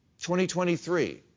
2023